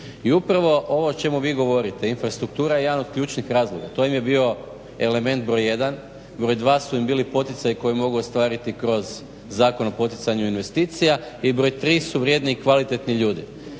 I upravo ovo o čemu vi govorite infrastruktura je jedan od ključnih razloga to im je bio element broj jedan, broj dva su im bili poticaji koji mogu ostvariti kroz Zakon o poticanju investicija i broj tri su vrijedni i kvalitetni ljudi.